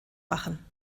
machen